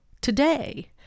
today